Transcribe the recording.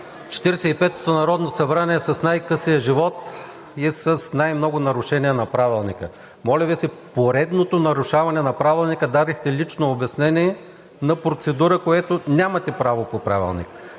петото народно събрание, с най-късия живот и с най-много нарушения на Правилника. Моля Ви се, поредното нарушаване на Правилника – дадохте лично обяснение на процедура, на което нямате право по Правилника.